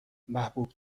محبوب